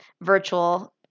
virtual